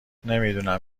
نمیدونم